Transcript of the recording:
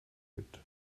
gibt